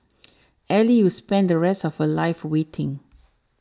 Ally will spend the rest of her life waiting